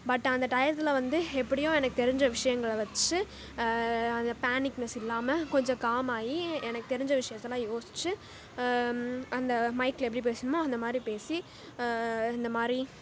but அந்த டயத்தில் வந்து எப்படியோ எனக்கு தெரிஞ்ச விஷயங்கள வச்சு அந்த பேனிக்னஸ் இல்லாமல் கொஞ்சம் காமாகி எனக்கு தெரிஞ்ச விஷயத்தெல்லாம் யோசிச்சு அந்த மைக்கில் எப்படி பேசணுமோ அந்த மாதிரி பேசி இந்த மாதிரி